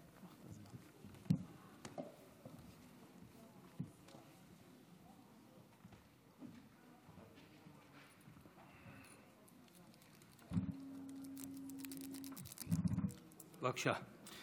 בבקשה.